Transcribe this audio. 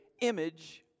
image